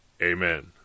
Amen